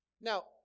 Now